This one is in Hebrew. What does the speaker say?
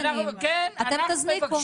אתם תזניקו.